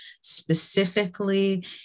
specifically